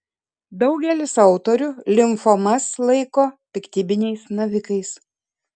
daugelis autorių limfomas laiko piktybiniais navikais